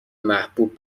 محبوب